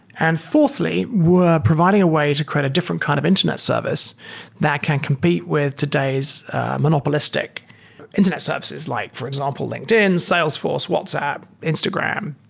and fourthly, we're providing a way to create a different kind of internet service that can compete with today's monopolistic internet services like, for example, linkedin, salesforce, whatsapp, instagram,